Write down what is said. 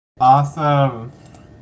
Awesome